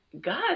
God